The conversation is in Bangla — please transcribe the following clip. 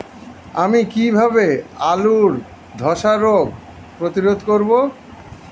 আমি কিভাবে আলুর ধ্বসা রোগ প্রতিরোধ করব?